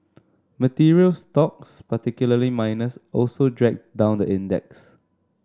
materials stocks particularly miners also dragged down the index